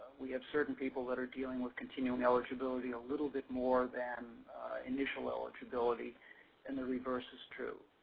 we have certain people that are dealing with continuing eligibility a little bit more than initial eligibility and the reverse is true.